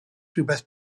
rhywbeth